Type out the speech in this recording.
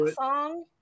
song